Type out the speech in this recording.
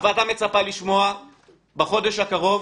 הוועדה מצפה לשמוע בחודש הקרוב,